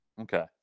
Okay